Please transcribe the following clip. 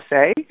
say